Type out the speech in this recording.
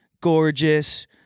gorgeous